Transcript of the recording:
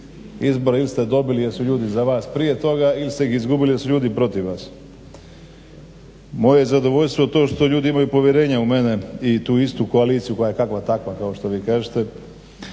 Izbore ili ste dobili jesu ljudi za vas prije toga ili ste izgubili jer su ljudi protiv vas. Moje je zadovoljstvo to što ljudi imaju povjerenje u mene i u tu istu koaliciju koja je kakva takva kao što vi kažete